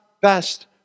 best